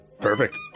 Perfect